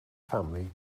family